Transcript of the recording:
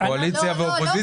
קואליציה ואופוזיציה,